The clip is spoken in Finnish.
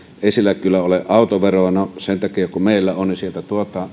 siellä kyllä ole autoveroakaan ja sen takia kun meillä se on sieltä